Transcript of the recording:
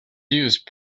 used